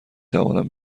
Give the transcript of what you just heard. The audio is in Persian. توانم